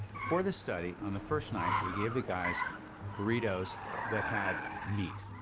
for this study, on the first night, we gave the guys burritos that had meat.